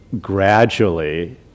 gradually